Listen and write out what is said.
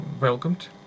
welcomed